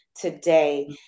today